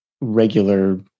regular